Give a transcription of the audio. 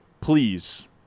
Please